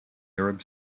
arab